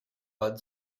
bud